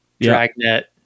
Dragnet